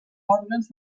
òrgans